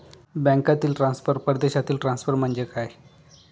बँकांतील ट्रान्सफर, परदेशातील ट्रान्सफर म्हणजे काय?